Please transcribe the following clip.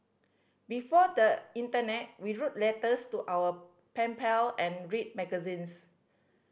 before the internet we wrote letters to our pen pal and read magazines